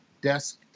desk